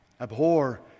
Abhor